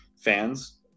fans